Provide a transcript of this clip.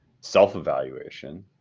self-evaluation